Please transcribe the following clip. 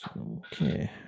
Okay